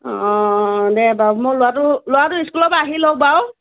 অ দে বাৰু মোৰ ল'ৰাটো ল'ৰাটো স্কুলৰ পৰা আহি লওক বাৰু